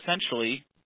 essentially